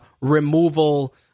removal